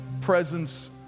presence